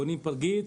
קונים פרגית,